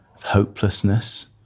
hopelessness